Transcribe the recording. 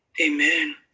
Amen